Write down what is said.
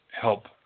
help